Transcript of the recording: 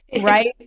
right